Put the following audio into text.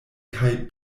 kaj